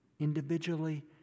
individually